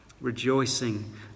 rejoicing